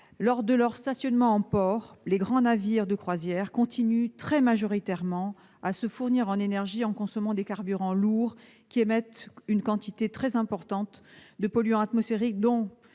Lors de leur stationnement en port, les grands navires de croisière continuent très majoritairement à se fournir en énergie en consommant des carburants lourds qui émettent une quantité très importante de polluants atmosphériques,